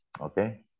Okay